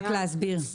רק להסביר.